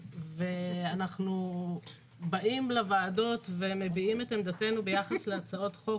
אנחנו באים לוועדות ומביעים את עמדתנו ביחס להצעות חוק,